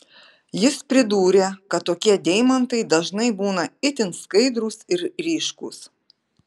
jis pridūrė kad tokie deimantai dažnai būna itin skaidrūs ir ryškūs